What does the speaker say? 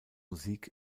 musik